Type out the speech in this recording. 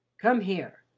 come here,